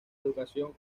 educación